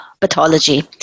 pathology